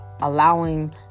allowing